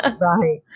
right